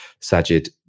Sajid